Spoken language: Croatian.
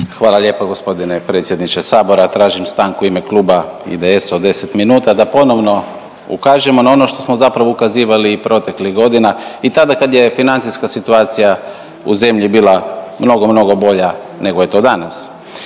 Hvala lijepo gospodine predsjedniče Sabora. Tražim stanku u ime Kluba IDS-a od 10 minuta da ponovno ukažemo na ono što smo zapravo ukazivali i proteklih godina i tada kada je financijska situacija u zemlji bila mnogo, mnogo bolja nego je to danas.